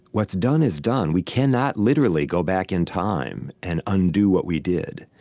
what's done is done. we cannot literally go back in time and undo what we did.